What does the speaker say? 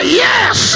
yes